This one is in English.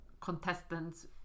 contestants